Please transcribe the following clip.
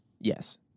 Yes